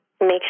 make